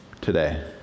today